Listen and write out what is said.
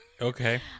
okay